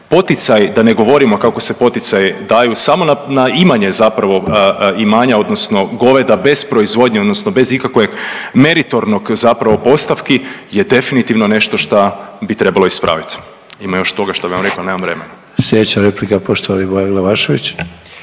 Poticaji, da ne govorimo kako se poticaji daju samo na imanje zapravo imanja goveda bez proizvodnje odnosno bez ikakve meritornog zapravo postavki je definitivno nešta šta bi trebalo ispraviti. Imama još toga šta bi vam rekao ali nemam vremena. **Sanader, Ante (HDZ)** Slijedeća replika poštovani Bojan Glavašević.